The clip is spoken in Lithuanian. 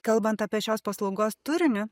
kalbant apie šios paslaugos turinį